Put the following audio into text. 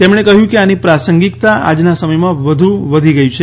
તેમણે કહ્યું કે આની પ્રાસંગિકતા આજના સમયમાં વધુ વધી ગઈ છે